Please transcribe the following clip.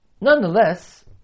Nonetheless